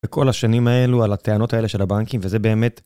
וכל השנים האלו, על הטענות האלה של הבנקים, וזה באמת...